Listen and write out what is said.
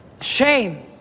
Shame